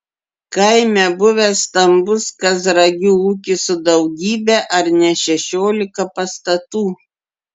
kaime buvęs stambus kazragių ūkis su daugybe ar ne šešiolika pastatų